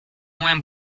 moins